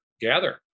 gather